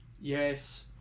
Yes